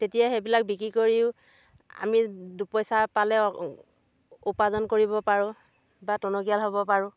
তেতিয়া সেইবিলাক বিক্ৰীও কৰিও আমি দুপইচা পালেও উপাৰ্জন কৰিব পাৰোঁ বা টনকিয়াল হ'ব পাৰোঁ